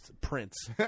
prince